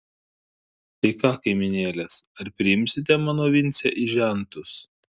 tai ką kaimynėlės ar priimsite mano vincę į žentus